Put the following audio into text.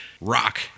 Rock